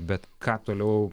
bet ką toliau